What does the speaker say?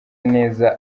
neza